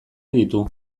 ditu